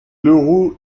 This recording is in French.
l’euro